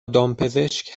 دامپزشک